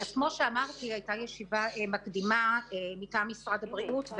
שאמרתי, הייתה ישיבה מקדימה מטעם משרד הבריאות.